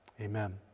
amen